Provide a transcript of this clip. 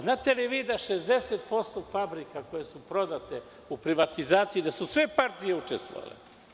Znate li vi da su za 60% fabrika koje su prodate u privatizaciji, da su sve partije učestvovale?